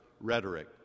rhetoric